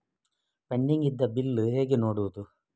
Pending ಇದ್ದ bill ಹೇಗೆ ನೋಡುವುದು?